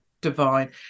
divine